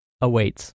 awaits